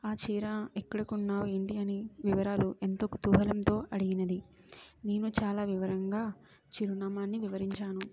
ఆ చీర ఎక్కడ కొన్నావు ఏంటి అని వివరాలు ఎంతో కుతూహలంతో అడిగింది నేను చాలా వివరంగా చిరునామాని వివరించాను